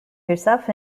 herself